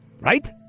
Right